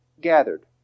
gathered